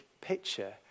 picture